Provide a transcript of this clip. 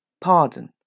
pardon